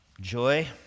joy